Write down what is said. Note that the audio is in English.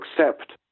accept